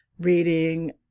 reading